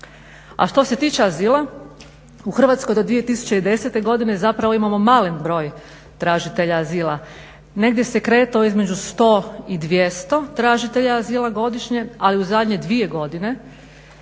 A što se tiče azila u Hrvatskoj do 2010. godine zapravo imamo malen broj tražitelja azila, negdje se kretao između 100 i 200 tražitelja azila godišnje, ali u zadnje dvije godine